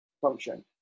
function